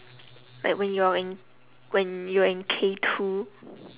like when you're in when you are in K two